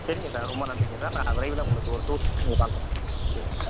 சரிங்க சார் ரொம்ப நன்றிங்க சார் நான் விரைவில் உங்களுக்கு ஒரு டூ மினிட்ஸில் உங்களுக்கு கால் பண்ணுறேன் ஓகே சார்